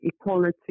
equality